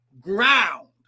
ground